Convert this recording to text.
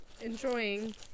enjoying